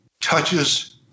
touches